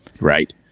Right